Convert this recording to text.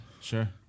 sure